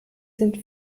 sind